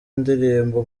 ndirimbo